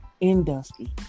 industry